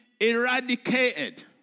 eradicated